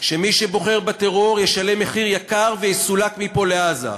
שמי שבוחר בטרור ישלם מחיר יקר ויסולק מפה לעזה,